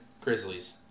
Grizzlies